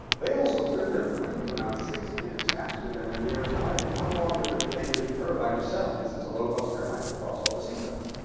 they also turn their planes around six minutes faster than their nearest rival. how long would it have taken her by herself, because it's a low cost airline, to cross all the seat belts?